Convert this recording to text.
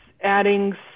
adding